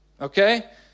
okay